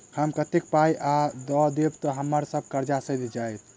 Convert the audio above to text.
हम कतेक पाई आ दऽ देब तऽ हम्मर सब कर्जा सैध जाइत?